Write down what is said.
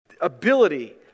ability